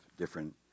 Different